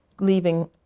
leaving